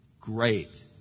great